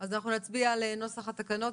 אז אנחנו נצביע על נוסח התקנות.